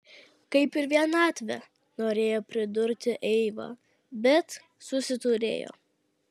kaip ir vienatvė norėjo pridurti eiva bet susiturėjo